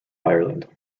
ireland